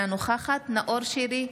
אינה נוכחת נאור שירי,